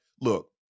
look